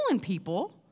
people